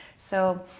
so